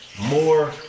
more